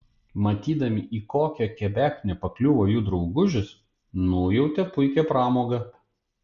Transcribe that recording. matydami į kokią kebeknę pakliuvo jų draugužis nujautė puikią pramogą